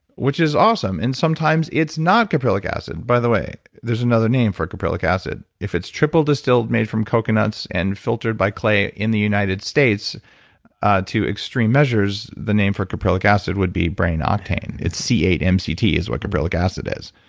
which is awesome and sometimes it's not caprylic acid by the way, there's another name for caprylic acid. if it's triple-distilled, made from coconuts and filtered by clay in the united states to extreme measures, the name for caprylic acid would be brain octane. it's c eight um mct yeah is what caprylic acid is.